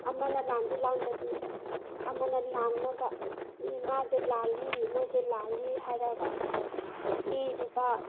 ꯑꯃꯅ ꯂꯥꯟꯗꯤ ꯂꯥꯟꯗꯕꯤ ꯑꯃꯅ ꯂꯥꯟꯅꯕ ꯃꯤ ꯃꯥꯁꯦ ꯂꯥꯜꯁꯤ ꯃꯣꯏꯁꯦ ꯂꯥꯜꯂꯤ ꯍꯥꯏꯔꯒ ꯏꯔꯤꯕ